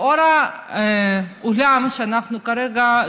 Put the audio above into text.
לאור העולם שלנו כרגע,